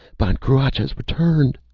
ban cruach has returned!